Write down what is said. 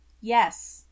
Yes